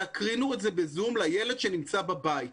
תקרינו את זה בזום לילד שנמצא בבית.